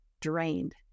drained